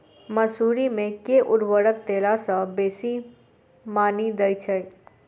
मसूरी मे केँ उर्वरक देला सऽ बेसी मॉनी दइ छै?